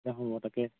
হ'ব তাকে